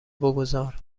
بگذار